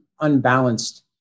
unbalanced